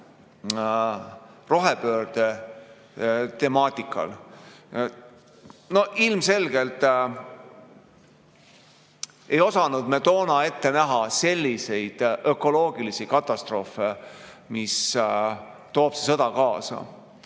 rohepöörde temaatikat. No ilmselgelt ei osanud me tookord ette näha sellist ökoloogilist katastroofi, mille toob kaasa